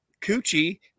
Coochie